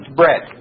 bread